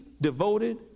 devoted